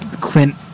Clint